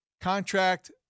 contract